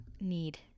need